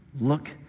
Look